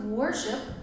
worship